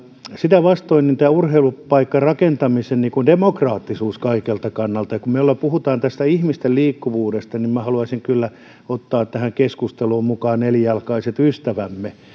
sitä vastoin mitä tulee urheilupaikkarakentamisen demokraattisuuteen kaikelta kannalta kun me puhumme tästä ihmisten liikkuvuudesta minä haluaisin kyllä ottaa tähän keskusteluun mukaan nelijalkaiset ystävämme